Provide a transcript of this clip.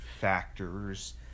factors